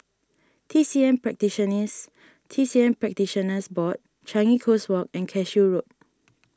T C M T C M Practitioners Board Changi Coast Walk and Cashew Road